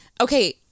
Okay